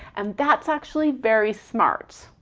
and that's actually very smart.